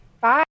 Bye